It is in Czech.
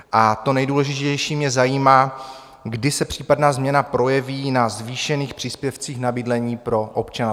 A to nejdůležitější mě zajímá, kdy se případná změna projeví na zvýšených příspěvcích na bydlení pro občana?